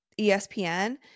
ESPN